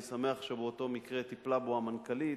אני שמח שבאותו מקרה טיפלה המנכ"לית,